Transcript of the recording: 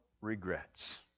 regrets